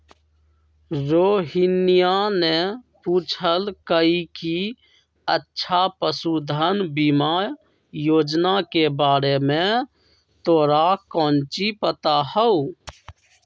रोहिनीया ने पूछल कई कि अच्छा पशुधन बीमा योजना के बारे में तोरा काउची पता हाउ?